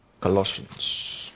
Colossians